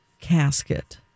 casket